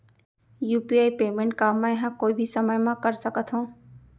UPI payment का मैं ह कोई भी समय म कर सकत हो?